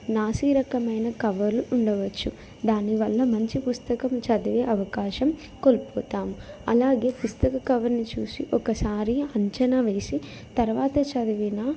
నాశీరకమైన కవర్లు ఉండవచ్చు దానివల్ల మంచి పుస్తకం చదివే అవకాశం కోల్పోతాము అలాగే పుస్తక కవర్ని చూసి ఒకసారి అంచనా వేసి తర్వాత చదివినా